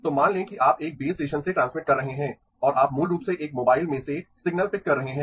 तो मान लें कि आप एक बेस स्टेशन से ट्रांसमिट कर रहे हैं और आप मूल रूप से एक मोबाइल में से सिग्नल पिक कर रहे हैं